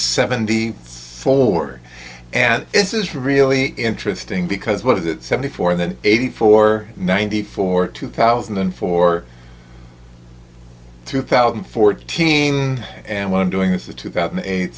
seventy four and this is really interesting because what is it seventy four that eighty four ninety four two thousand and four two thousand and fourteen and what i'm doing this is two thousand and eight